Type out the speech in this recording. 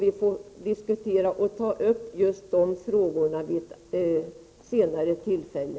Vi får ta upp och diskutera dessa frågor vid ett senare tillfälle.